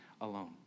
alone